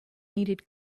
needed